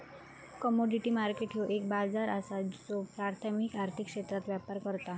commodity market ह्यो एक बाजार असा ज्यो प्राथमिक आर्थिक क्षेत्रात व्यापार करता